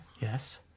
Yes